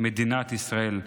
מדינת ישראל.